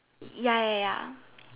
ya ya ya